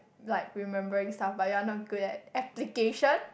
like remembering stuff but you're not good at application